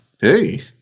Hey